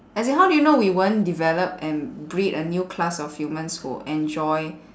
as in how do you know we won't develop and breed a new class of humans who enjoy